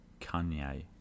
Kanye